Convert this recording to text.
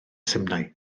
simnai